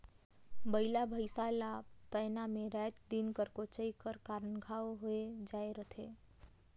बइला भइसा ला पैना मे राएत दिन कर कोचई कर कारन घांव होए जाए रहथे